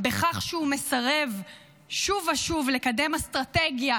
בכך שהוא מסרב שוב ושוב לקדם אסטרטגיה